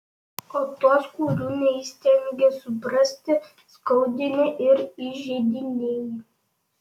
o tuos kurių neįstengi suprasti skaudini ir įžeidinėji